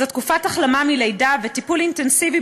זאת תקופת החלמה מלידה וטיפול אינטנסיבי